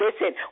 listen